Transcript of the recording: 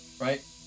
Right